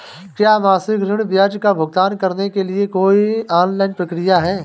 क्या मासिक ऋण ब्याज का भुगतान करने के लिए कोई ऑनलाइन प्रक्रिया है?